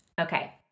Okay